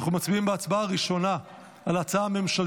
אינו נוכח,